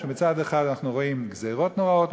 מצד אחד אנחנו רואים גזירות נוראות,